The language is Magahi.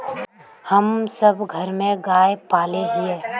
हम सब घर में गाय पाले हिये?